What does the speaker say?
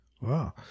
Wow